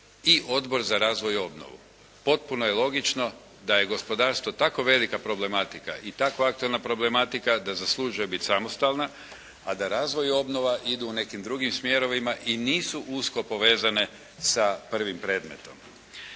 i Odbor za razvoj i obnovu. Potpuno je logično da je gospodarstvo tako velika problematika i tako aktualna problematika da zaslužuje biti samostalna a da razvoj i obnova idu u nekim drugim smjerovima i nisu usko povezane sa prvim predmetom.